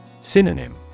Synonym